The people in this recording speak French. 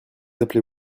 appelez